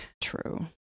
true